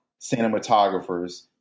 cinematographers